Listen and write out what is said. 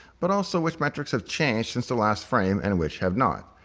but also which metrics have changed since the last frame and which have not.